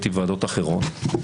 הייתי בוועדות אחרות,